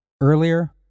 Earlier